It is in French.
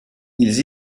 ils